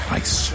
ice